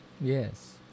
Yes